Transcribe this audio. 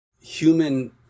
human